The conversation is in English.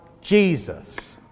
Jesus